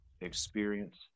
experience